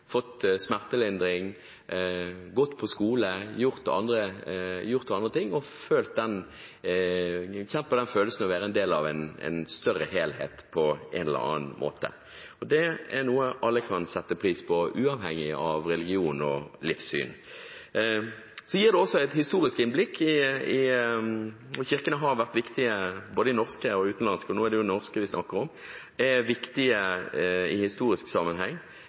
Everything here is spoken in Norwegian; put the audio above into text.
fått trøst for sin sorg, fått smertelindring, gått på skole, gjort andre ting, og kjent på den følelsen å være del av en større helhet på en eller annen måte. Det er noe alle kan sette pris på uavhengig av religion og livssyn. Så gir det også et historisk innblikk. Kirkene har vært viktige, både norske og utenlandske, og nå er det jo norske vi snakker om, i historisk sammenheng.